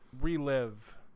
relive